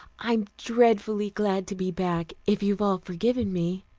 i'm dreadfully glad to be back, if you've all forgiven me.